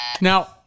Now